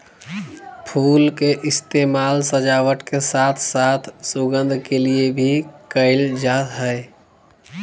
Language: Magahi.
फुल के इस्तेमाल सजावट के साथ साथ सुगंध के लिए भी कयल जा हइ